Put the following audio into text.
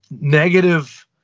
negative